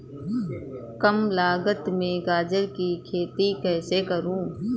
कम लागत में गाजर की खेती कैसे करूँ?